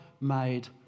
made